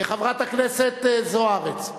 חברת הכנסת זוארץ.